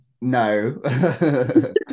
No